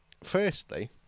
firstly